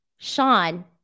Sean